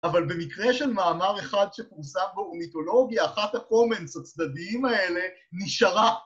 אבל במקרה של מאמר אחד שפורסם בו מיתולוגיה, אחת הפורמנס הצדדיים האלה נשארה.